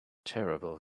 terrible